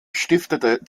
stiftete